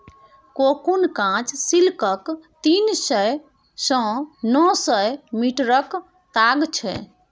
cocoon काँच सिल्कक तीन सय सँ नौ सय मीटरक ताग छै